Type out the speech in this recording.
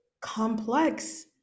complex